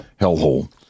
hellhole